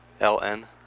L-N